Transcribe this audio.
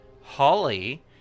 Holly